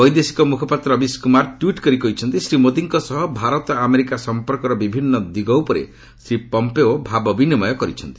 ବୈଦେଶିକ ମୁଖପାତ୍ର ରବୀଶ କୁମାର ଟ୍ୱିଟ୍ କରି କହିଛନ୍ତି ଶ୍ରୀ ମୋଦିଙ୍କ ସହ ଭାରତ ଆମେରିକା ସଂପର୍କର ବିଭିନ୍ନ ଦିଗ ଉପରେ ଶ୍ରୀ ପମ୍ପେଓ ଭାବ ବିନିମୟ କରିଛନ୍ତି